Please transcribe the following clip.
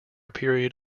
period